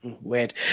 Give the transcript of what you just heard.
Weird